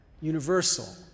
Universal